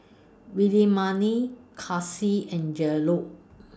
Williemae Casie and Jerold